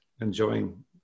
enjoying